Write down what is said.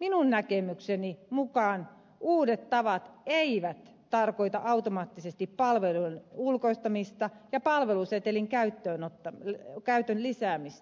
minun näkemykseni mukaan uudet tavat eivät tarkoita automaattisesti palveluiden ulkoistamista ja palvelusetelin käytön lisäämistä